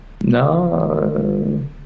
No